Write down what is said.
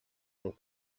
and